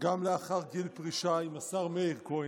גם לאחר גיל פרישה, עם השר מאיר כהן,